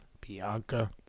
Bianca